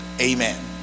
amen